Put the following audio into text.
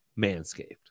Manscaped